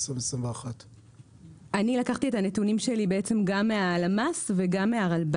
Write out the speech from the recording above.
בשנת 2021. אני לקחתי את הנתונים מהלמ"ס ומהרלב"ד.